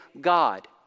God